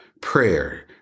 prayer